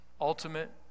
ultimate